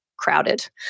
crowded